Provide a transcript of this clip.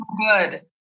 Good